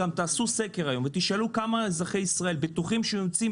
תעשו סקר היום ותשאלו כמה אזרחי ישראל בטוחים שהם יוצאים